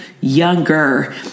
younger